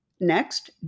Next